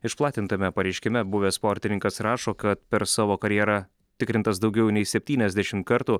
išplatintame pareiškime buvęs sportininkas rašo kad per savo karjerą tikrintas daugiau nei septyniasdešimt kartų